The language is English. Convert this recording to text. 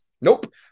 Nope